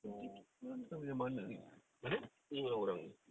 I was thinking mana tahu yang mana ni ni orang-orang ni